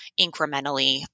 incrementally